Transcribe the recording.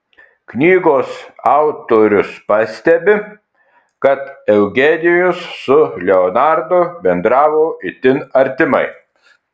knygos autorius pastebi kad eugenijus su leonardu bendravo itin artimai